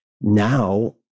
now